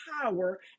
power